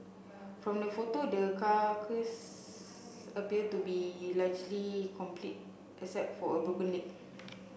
from the photo the carcass appear to be largely complete except for a broken leg